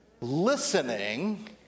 Listening